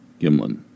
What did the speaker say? Gimlin